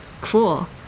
Cool